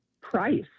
price